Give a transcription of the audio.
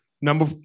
Number